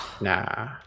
Nah